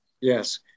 Yes